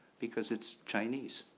because it's chinese.